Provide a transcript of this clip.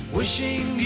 wishing